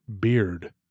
beard